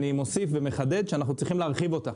אני מוסיף ומחדד שאנחנו צריכים להרחיב אותה.